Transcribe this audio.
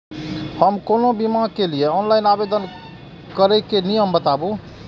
हम कोनो बीमा के लिए ऑनलाइन आवेदन करीके नियम बाताबू?